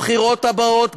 הבחירות הבאות,